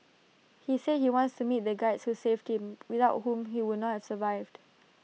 he said he wants to meet the Guides who saved him without whom he would not have survived